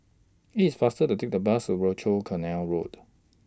IT IS faster to Take The Bus of Rochor Canal Road